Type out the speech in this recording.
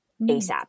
ASAP